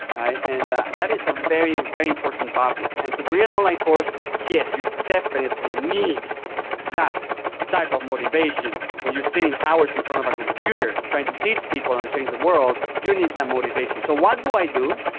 and that is a very, very important topic, and to create an online course, yes, you definitely need that type of motivation when you're sitting hours in front of a computer trying to teach people and change the world, you need that motivation. so what do i do?